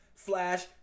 Flash